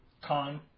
con